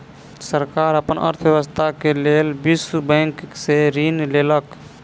सरकार अपन अर्थव्यवस्था के लेल विश्व बैंक से ऋण लेलक